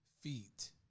feet